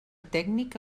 tècnic